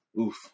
oof